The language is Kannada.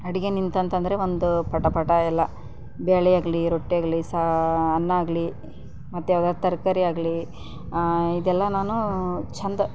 ಅಡುಗೆ ನಿಂತಂತಂದ್ರೆ ಒಂದು ಪಟ ಪಟ ಎಲ್ಲ ಬೇಳೆ ಆಗಲಿ ರೊಟ್ಟಿ ಆಗಲಿ ಸಾ ಅನ್ನ ಆಗಲಿ ಮತ್ತು ಯಾವ್ದಾರ ತರಕಾರಿ ಆಗಲಿ ಇದೆಲ್ಲ ನಾನು ಚೆಂದ